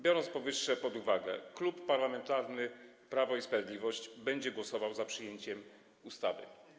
Biorąc powyższe pod uwagę, Klub Parlamentarny Prawo i Sprawiedliwość będzie głosował za przyjęciem ustawy.